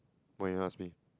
why you never ask me